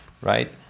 right